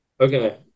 Okay